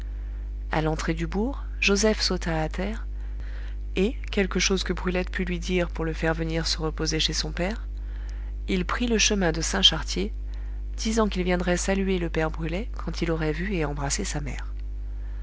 à l'entrée du bourg joseph sauta à terre et quelque chose que brulette pût lui dire pour le faire venir se reposer chez son père il prit le chemin de saint chartier disant qu'il viendrait saluer le père brulet quand il aurait vu et embrassé sa mère